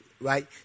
right